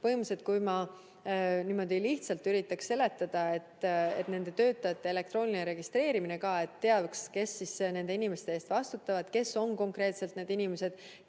Põhimõtteliselt, kui ma niimoodi lihtsalt üritan seda seletada, siis on ka nende töötajate elektrooniline registreerimine, et oleks teada, kes nende inimeste eest vastutavad, kes on konkreetselt need inimesed,